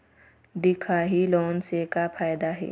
दिखाही लोन से का फायदा हे?